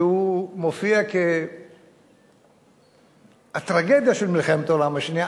שמופיע כטרגדיה של מלחמת העולם השנייה,